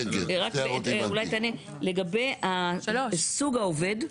לגבי סוג העובד,